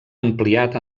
ampliat